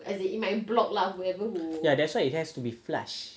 ya that's why it has to be flush